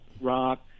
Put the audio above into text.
rock